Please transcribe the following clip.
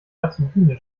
azubine